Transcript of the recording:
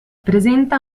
presenta